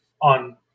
on